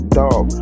dog